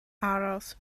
aros